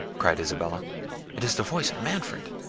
cried isabella it is the voice of manfred!